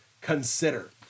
consider